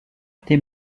été